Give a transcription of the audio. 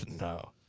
No